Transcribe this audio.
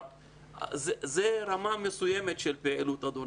זו רמה מסוימת של פעילות, אדוני.